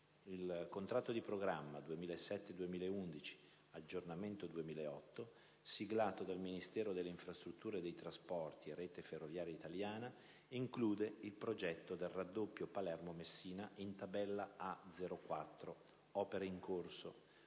Il contratto di programma 2007-2011 (aggiornamento 2008), siglato dal Ministero delle infrastrutture e dei trasporti e dalla Rete ferroviaria italiana, include il progetto del «Raddoppio Palermo-Messina» in tabella A04, «Opere in corso»,